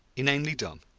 inanely dumb,